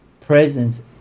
presence